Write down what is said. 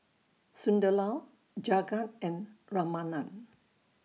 Sunderlal Jagat and Ramanand